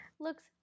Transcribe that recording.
Looks